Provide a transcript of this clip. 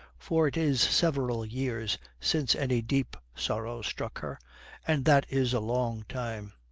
for it is several years since any deep sorrow struck her and that is a long time.